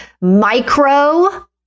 micro